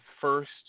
first